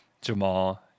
Jamal